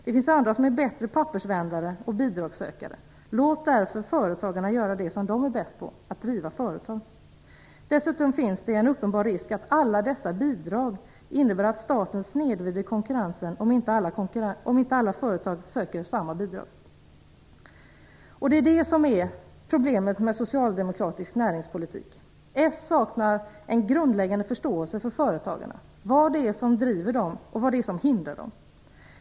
Det finns andra som är bättre pappersvändare och bidragssökare. Låt därför företagarna göra det som de är bäst på, nämligen driva företag. Dessutom finns det en uppenbar risk för att alla dessa bidrag innebär att staten snedvrider konkurrensen, om inte alla företag söker samma bidrag. Det är detta som är problemet med socialdemokratisk näringspolitik. Socialdemokraterna saknar en grundläggande förståelse för företagarna, vad som driver dem och vad som hindrar dem.